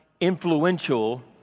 influential